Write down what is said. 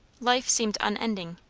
life seemed unending,